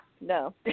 no